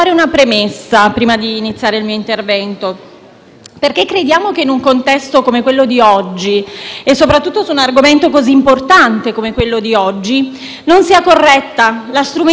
Riteniamo che, in un contesto come quello di oggi e, soprattutto, su un argomento così importante come quello di oggi, non sia corretta la strumentalizzazione per attacchi politici.